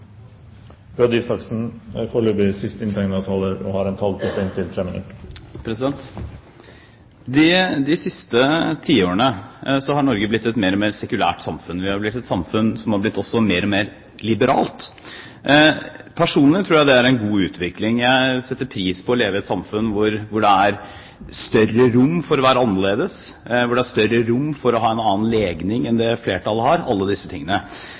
i loven. De siste tiårene har Norge blitt et mer og mer sekulært samfunn. Vi har blitt et samfunn som også har blitt mer og mer liberalt. Personlig tror jeg det er en god utvikling. Jeg setter pris på å leve i et samfunn hvor det er større rom for å være annerledes, hvor det er større rom for å ha en annen legning enn det flertallet har – alle